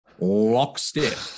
lockstep